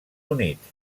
units